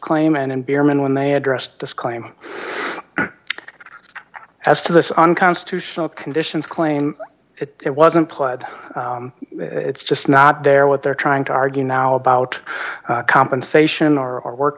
claim and beermann when they addressed this claim as to this unconstitutional conditions claim it wasn't plowed it's just not there what they're trying to argue now about compensation our work